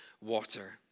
water